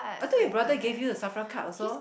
I thought your brother give you the SAFRA card also